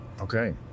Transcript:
Okay